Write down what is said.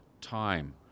time